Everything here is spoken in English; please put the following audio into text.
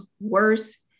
worse